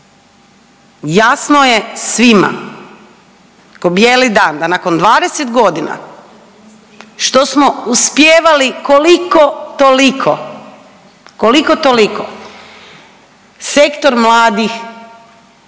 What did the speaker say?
jasno je svima kao bijeli dan da nakon 20 godina što smo uspijevali koliko-toliko, koliko-toliko, sektor mladih